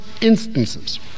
instances